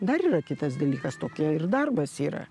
dar yra kitas dalykas tokie ir darbas yra